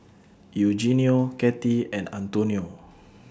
Eugenio Cathey and Antonio